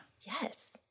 Yes